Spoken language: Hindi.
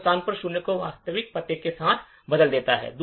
उस स्थान पर शून्य को वास्तविक पते के साथ बदल देता है